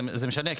זה יישנה,